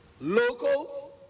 local